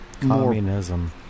communism